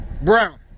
Brown